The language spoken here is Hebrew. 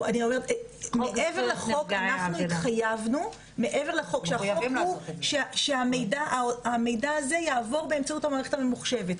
אנחנו התחייבנו מעבר לחוק שהמידע הזה יעבור באמצעות המערכת הממוחשבת.